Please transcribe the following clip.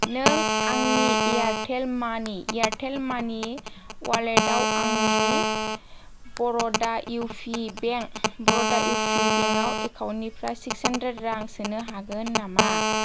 नों आंनि एयारटेल मानि अवालेटाव आंनि बर'डा इउ पि बेंक एकाउन्टनिफ्राय सिक्स हान्ड्रेड रां सोनो हागोन नामा